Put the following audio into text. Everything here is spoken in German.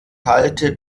halte